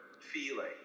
feeling